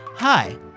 Hi